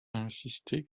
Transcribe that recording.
insisté